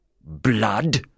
Blood